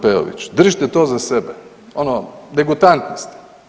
Peović, držite to za sebe, ono, degutantni ste.